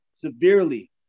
severely